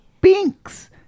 binks